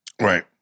Right